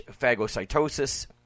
phagocytosis